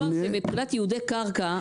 רק אמרתי שמבחינת ייעודי קרקע.